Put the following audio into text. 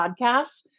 podcasts